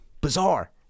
Bizarre